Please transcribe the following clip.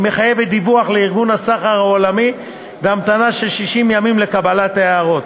מחייבת דיווח לארגון הסחר העולמי והמתנה של 60 ימים לקבלת הערות.